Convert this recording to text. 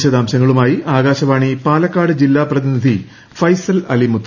വിശദാംശങ്ങളുമായി ആകാശവാണി പാലക്കാട് ജില്ലാ പ്രതിനിധി ഫൈസൽ അലി മുത്ത്